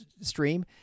stream